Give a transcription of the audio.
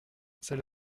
c’est